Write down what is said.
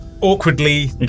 awkwardly